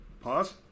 Pause